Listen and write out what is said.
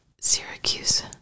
Syracuse